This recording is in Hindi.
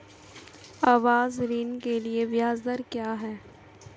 आवास ऋण के लिए ब्याज दर क्या हैं?